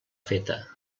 feta